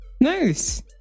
Nice